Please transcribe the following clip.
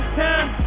time